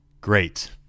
great